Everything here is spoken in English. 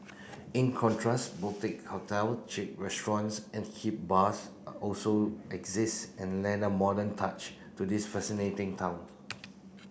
in contrast boutique hotel chic restaurants and hip bars are also exist and lend a modern touch to this fascinating town